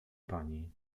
pani